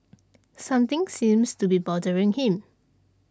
something seems to be bothering him